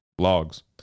logs